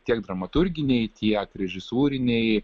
tiek dramaturginei tiek režisūriniai